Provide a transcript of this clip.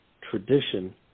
tradition